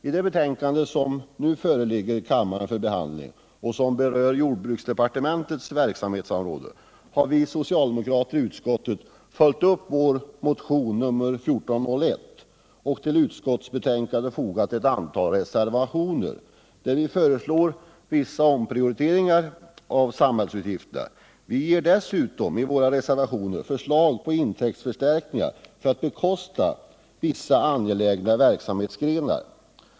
I det betänkande som nu föreligger för behandling och som berör jordbruksdepartementets verksamhetsområde har vi socialdemokrater i utskottet följt upp vår motion 1401 och till utskottsbetänkandet fogat ett antal reservationer, där vi föreslår vissa omprioriteringar av samhällsutgifterna. Vi ger dessutom i våra reservationer förslag på intäktsförstärkningar för att bekosta vissa angelägna verksamhetsgrenar.